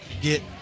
get